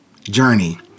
journey